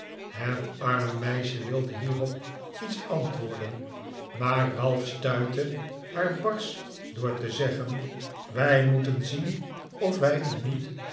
het arme meisje wilde hierop iets antwoorden maar ralph stuitte haar barsch door te zeggen wij moeten zien of wij u niet